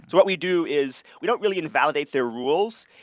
what we do is we don't' really invalidate their rules,